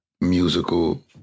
musical